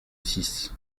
six